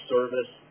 Service